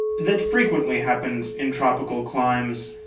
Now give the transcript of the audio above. that frequently happens in tropical climes,